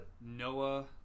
Noah